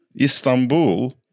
Istanbul